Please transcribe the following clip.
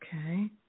Okay